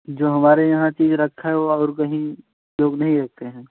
जो हमारे यहाँ चीज़ रखी है वह और कहीं लोग नहीं रखे हैं